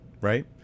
right